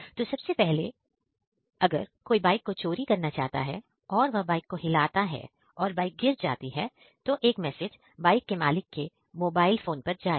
तो सबसे पहले अगर कोई बाइक को चोरी करना चाहता है और वह बाईक को हिलाता है और बाइक गिर जाती है तो एक मैसेज बाइक के मालिक के मोबाइल फोन पर जाएगा